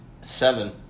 Seven